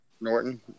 Norton